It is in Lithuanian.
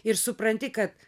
ir supranti kad